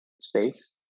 space